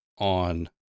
on